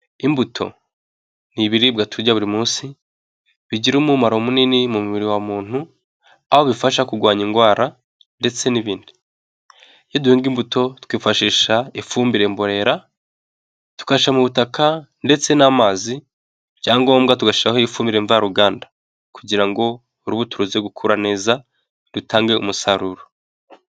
Imbuto, n'ibibiribwa turya buri munsi bigira umumaro munini mu mubiri wa muntu aho bifasha kurwanya indwara ndetse n'ibindi, iyo duhinga imbuto twifashisha ifumbire mborera tukayishyira mu butaka ndetse n'amazi, ibyangombwa tugashyiraho ifumbire mvaruganda kugira ngo urubuto ruze gukura neza rutange umusaruro.